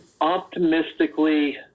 optimistically